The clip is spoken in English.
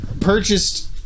purchased